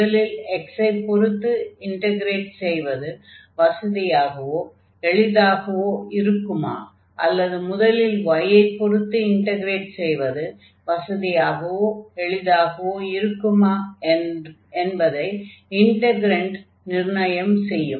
முதலில் x ஐ பொருத்து இன்டக்ரேட் செய்வது வசதியாகவோ எளிதாகவோ இருக்குமா அல்லது முதலில் y ஐ பொருத்து இன்டக்ரேட் செய்வது வசதியாகவோ எளிதாகவோ இருக்குமா என்பதை இன்டக்ரன்ட் நிர்ணயம் செய்யும்